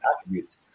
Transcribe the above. attributes